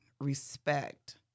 respect